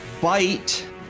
bite